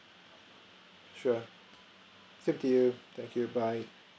sure thank you thank you bye